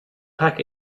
pack